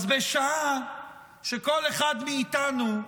אז בשעה שכל אחד מאיתנו,